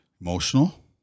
Emotional